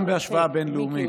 גם בהשוואה בין-לאומית,